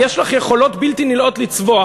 יש לך יכולות בלתי נלאות לצווח,